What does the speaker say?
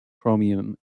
chromium